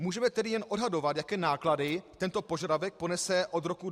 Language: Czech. Můžeme tedy jen odhadovat, jaké náklady tento požadavek ponese od roku 2024.